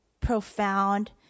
profound